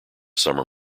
summer